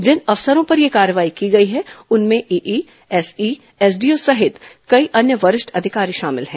जिन अफसरों पर यह कार्रवाई की गई है उनमें ईई एसई एसडीओ सहित कई अन्य वरिष्ठ अधिकारी शामिल हैं